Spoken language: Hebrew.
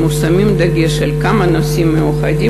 כמו ששמים דגש על כמה נושאים מיוחדים,